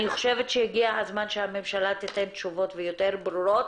אני חושבת שהגיע הזמן שהממשלה תיתן תשובות ויותר ברורות,